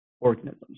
organisms